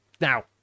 Now